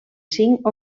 cinc